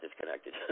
disconnected